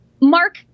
Mark